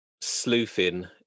sleuthing